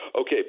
Okay